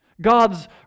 God's